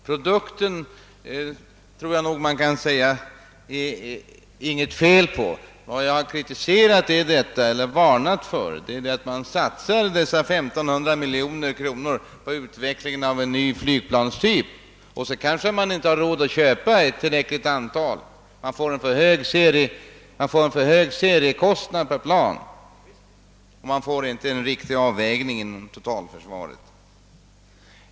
Produkten tror jag nog man kan säga att det inte är något fel på; vad jag har varnat för är att satsa 1500 miljoner kronor på utvecklingen av en ny flygplanstyp utan att veta om man har råd att köpa ett tillräckligt antal, eftersom man i så fall får en så hög kostnad per plan. Detta i sin tur gör att man inte får en riktig avvägning inom totalförsvaret.